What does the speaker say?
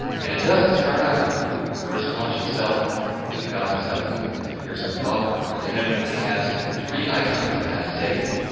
and it doesn't start out here. when you first launch excel two thousand and seven, it appears above the ribbon and it only has three icons it has save,